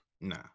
Nah